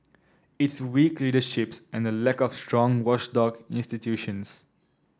it's weak leaderships and the lack of strong watchdog institutions